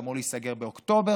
שאמור להיסגר באוקטובר,